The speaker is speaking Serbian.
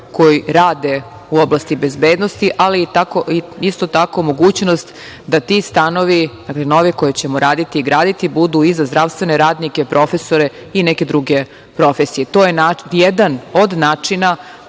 koji rade u oblasti bezbednosti, ali isto tako mogućnost da ti stanovi, novi koje ćemo raditi i graditi, budu i za zdravstvene radnike, profesore i neke druge profesije. To je jedan od načina